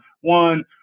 one